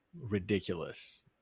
ridiculous